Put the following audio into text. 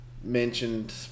mentioned